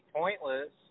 pointless